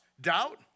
Doubt